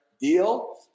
deal